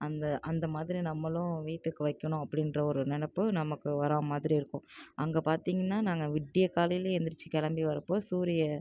அந்த அந்த மாதிரி நம்மளும் வீட்டுக்கு வைக்கணும் அப்டிபன்ற ஒரு நினப்பு நமக்கு வரா மாதிரி இருக்கும் அங்கே பார்த்திங்கனா நாங்கள் விடிய காலையில் எந்திரிச்சு கிளம்பி வரப்போது சூரிய